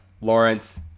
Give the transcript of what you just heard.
Lawrence